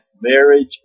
marriage